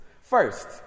First